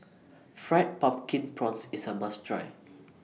Fried Pumpkin Prawns IS A must Try